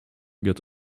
get